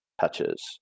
touches